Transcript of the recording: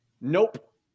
Nope